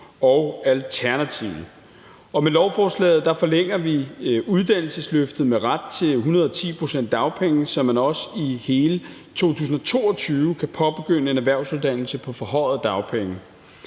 og Alternativet. Med lovforslaget forlænger vi uddannelsesløftet med ret til 110 pct. dagpenge, så man også i hele 2022 kan påbegynde en erhvervsuddannelse på forhøjet dagpenge.